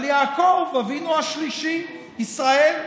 אבינו השלישי, ישראל,